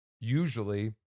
Usually